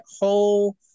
whole